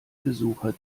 besucher